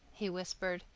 he whispered.